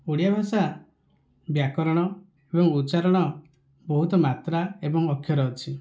ଓଡ଼ିଆ ଭାଷା ବ୍ୟାକରଣ ଏବଂ ଉଚ୍ଚାରଣ ବହୁତ ମାତ୍ରା ଏବଂ ଅକ୍ଷର ଅଛି